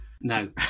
No